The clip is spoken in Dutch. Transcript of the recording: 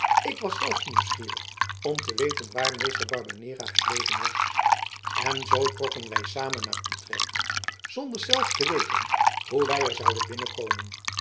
ik was zelfs nieuwsgierig om te weten waar meester barbanera gebleven was en zoo trokken wij samen naar utrecht zonder zelf te weten hoe wij er zouden binnenkomen